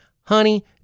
honey